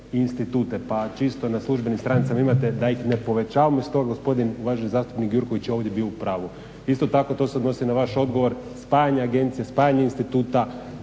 Pa čisto na službenim stranicama imate da ih ne povećavamo i stoga uvaženi zastupnik Gjurković je ovdje bio u pravu. Isto tako to se odnosi na vaš odgovor, spajanje agencija, spajanje instituta,